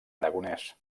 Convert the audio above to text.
aragonès